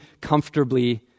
comfortably